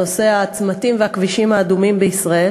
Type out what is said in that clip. נושא הצמתים והכבישים האדומים בישראל.